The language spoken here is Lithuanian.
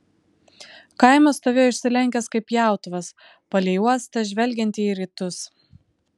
kaimas stovėjo išsilenkęs kaip pjautuvas palei uostą žvelgiantį į rytus